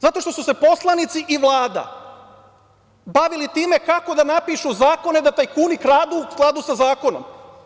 Zato što su se poslanici i Vlada bavili time kako da napišu zakone da tajkuni kradu u skladu sa zakonom.